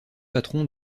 patron